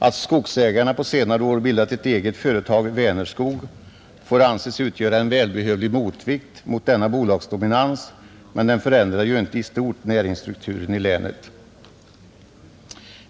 Att skogsägarna på senare år bildat ett eget företag, Vänerskog, får anses utgöra en välbehövlig motvikt mot denna bolagsdominans, men den förändrar ju inte i stort näringsstrukturen i länet.